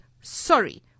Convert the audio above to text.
sorry